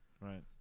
Right